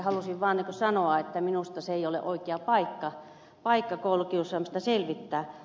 halusin vaan sanoa että minusta se ei ole oikea paikka koulukiusaamista selvittää